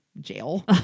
jail